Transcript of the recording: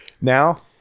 Now